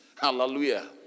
Hallelujah